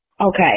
Okay